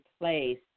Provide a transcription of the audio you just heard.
place